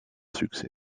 succès